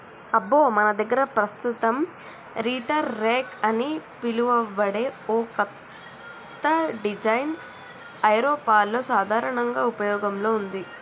అబ్బో మన దగ్గర పస్తుతం రీటర్ రెక్ అని పిలువబడే ఓ కత్త డిజైన్ ఐరోపాలో సాధారనంగా ఉపయోగంలో ఉంది